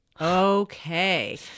Okay